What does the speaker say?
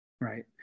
right